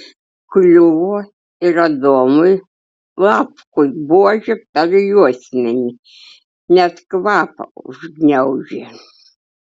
kliuvo ir adomui lapkui buože per juosmenį net kvapą užgniaužė